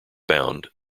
bound